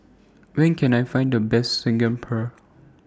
Where Can I Find The Best Saag Paneer